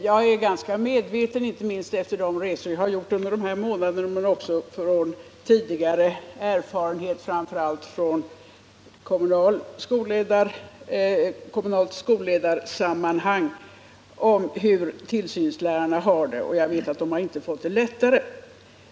Jag är —inte minst efter de resor som jag har gjort under dessa månader men också av tidigare erfarenhet, framför allt från kommunalt skolledarsammanhang —-ganska medveten om hur tillsynslärarna har det. Och jag vet att de inte har fått det lättare.